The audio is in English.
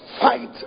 fight